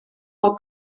del